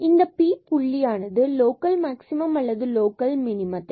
எனவே இந்த Pab புள்ளியானது லோக்கல் மேக்ஸிமம் அல்லது லோக்கல் மினிமம்